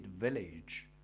village